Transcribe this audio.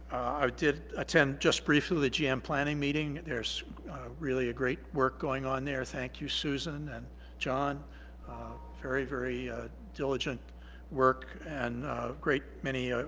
i did attend just briefly the gm planning meeting. there's really a great work going on there. thank you susan and john very very diligent work and great many